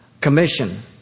commission